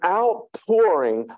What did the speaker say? outpouring